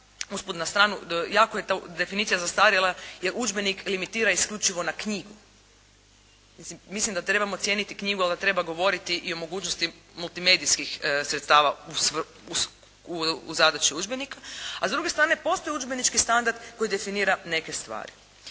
udžbenik limitira isključivo na knjigu. Mislim da trebamo cijeniti knjigu, ali da treba govoriti i o mogućnosti multimedijskih sredstava u zadaći udžbenika. A s druge strane postoji udžbenički standard koji definira neke stvari.